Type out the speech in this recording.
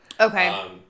okay